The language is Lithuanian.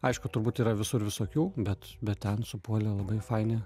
aišku turbūt yra visur visokių bet bet ten supuolė labai faini